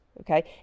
okay